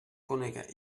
conega